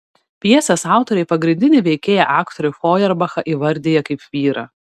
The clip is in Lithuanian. pjesės autoriai pagrindinį veikėją aktorių fojerbachą įvardija kaip vyrą